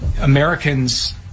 Americans